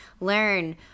learn